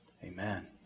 Amen